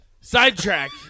Sidetrack